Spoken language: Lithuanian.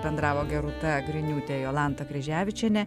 bendravo rūta griniūtė jolanta kryževičienė